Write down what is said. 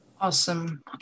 awesome